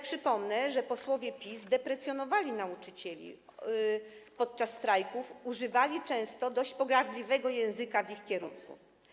Przypomnę, że posłowie PiS deprecjonowali nauczycieli podczas strajków, używali często dość pogardliwego języka względem nich.